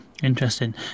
Interesting